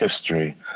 history